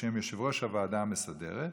בשם יושב-ראש הוועדה המסדרת,